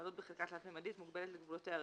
הבעלות בחלקה תלת־ממדית מוגבלת לגבולותיה הרשומים,